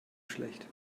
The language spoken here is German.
schlecht